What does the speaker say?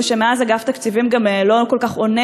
ומאז אגף תקציבים גם לא כל כך עונה